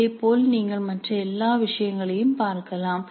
இதேபோல் நீங்கள் மற்ற எல்லா விஷயங்களையும் பார்க்கலாம்